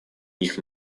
них